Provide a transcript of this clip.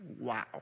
wow